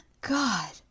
God